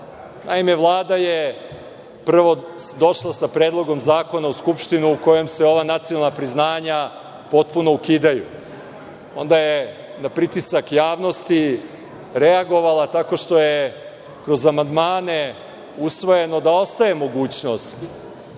Naime, Vlada je prvo došla sa predlogom zakona u Skupštinu u kojem se ova nacionalna priznanja potpuno ukidaju, onda je na pritisak javnosti reagovala tako što je kroz amandmane usvojeno da ostaje mogućnost